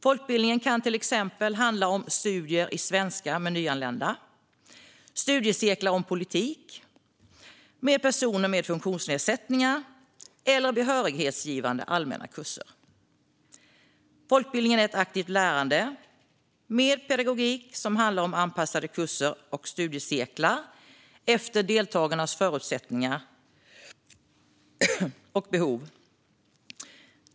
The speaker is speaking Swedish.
Folkbildning kan till exempel handla om studier i svenska för nyanlända, studiecirklar om politik för personer med funktionsnedsättningar eller behörighetsgivande allmänna kurser. Folkbildningen är ett aktivt lärande med pedagogik som handlar om kurser och studiecirklar som är anpassade efter deltagarnas förutsättningar och behov.